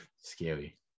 Scary